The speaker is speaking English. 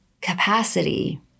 capacity